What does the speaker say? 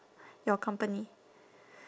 your company